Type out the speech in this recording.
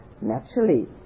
Naturally